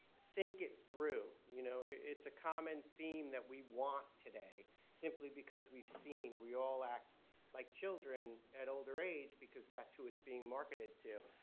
think it through. you know, it's a common theme that we want today simply because we've seen. we all act like children at older age because that's who it's being marketed to.